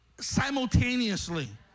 simultaneously